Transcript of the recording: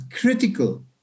critical